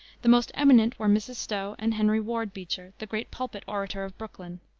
the most eminent were mrs. stowe and henry ward beecher, the great pulpit orator of brooklyn.